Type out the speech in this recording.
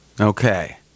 Okay